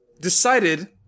decided